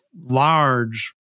large